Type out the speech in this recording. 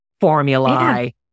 formulae